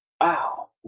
wow